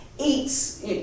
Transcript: Eats